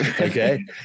Okay